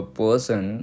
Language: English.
person